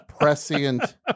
prescient